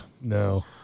No